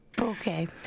Okay